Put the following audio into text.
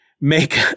make